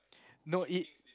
no it